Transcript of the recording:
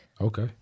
Okay